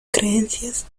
creencias